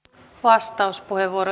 kiitos